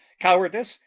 cowardice,